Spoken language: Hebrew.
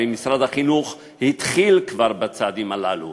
משרד החינוך התחיל כבר בצעדים הללו,